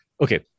Okay